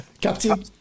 Captain